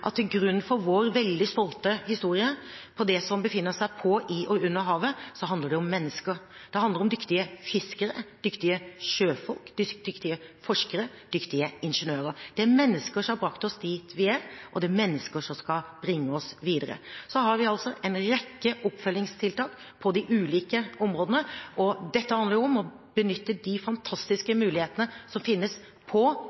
det som befinner seg på, i og under havet, om mennesker. Det handler om dyktige fiskere, dyktige sjøfolk, dyktige forskere og dyktige ingeniører. Det er mennesker som har brakt oss dit vi er, og det er mennesker som skal bringe oss videre. Så har vi en rekke oppfølgingstiltak på de ulike områdene, og det handler om å benytte de fantastiske mulighetene som finnes på,